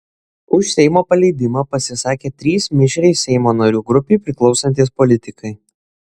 už seimo paleidimą pasisakė trys mišriai seimo narių grupei priklausantys politikai